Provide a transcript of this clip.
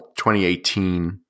2018